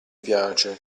piace